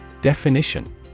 Definition